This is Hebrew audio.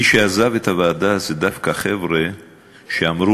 מי שעזב את הוועדה זה דווקא החבר'ה שאמרו: